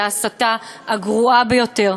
היא ההסתה הגרועה ביותר,